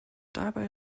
dabei